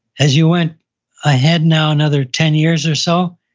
as you went ahead now another ten years or so,